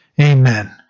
Amen